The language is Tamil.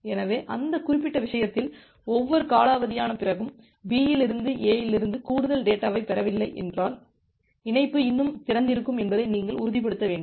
எனவே அந்த குறிப்பிட்ட விஷயத்தில் ஒவ்வொரு காலாவதியான பிறகும் B இலிருந்து A இலிருந்து கூடுதல் டேட்டாவைப் பெறவில்லை என்றால் இணைப்பு இன்னும் திறந்திருக்கும் என்பதை நீங்கள் உறுதிப்படுத்த வேண்டும்